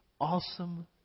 awesome